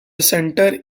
center